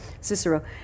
Cicero